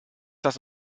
das